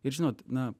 ir žinot na